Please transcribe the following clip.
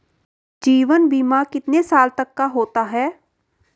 जीवन बीमा कितने साल तक का होता है?